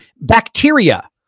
bacteria